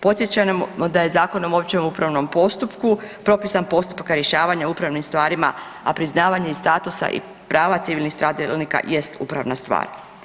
Podsjećamo da je Zakonom o općem upravnom postupku propisan postupak rješavanja u upravnim stvarima, a priznavanje statusa i prava civilnih stradalnika jest upravna stvar.